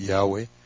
Yahweh